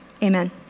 Amen